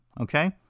okay